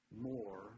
more